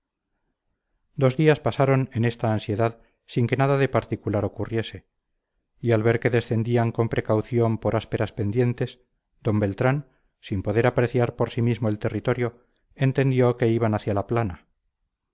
dos días pasaron en esta ansiedad sin que nada de particular ocurriese y al ver que descendían con precaución por ásperas pendientes d beltrán sin poder apreciar por sí mismo el territorio entendió que iban hacia la plana